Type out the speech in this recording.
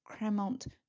Cremant